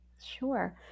sure